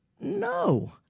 No